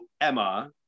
Emma